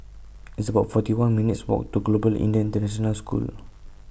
It's about forty one minutes' Walk to Global Indian International School